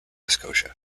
scotia